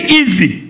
easy